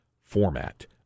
format